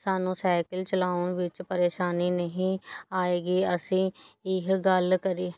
ਸਾਨੂੁੰ cycle ਚਲਾਉਣ ਵਿੱਚ ਪਰੇਸ਼ਾਨੀ ਨਹੀ ਆਏਗੀ ਅਸੀ ਇਹ ਗੱਲ ਕਰੀਏ